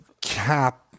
cap